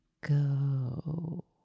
go